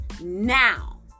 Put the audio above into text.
now